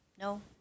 No